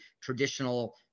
traditional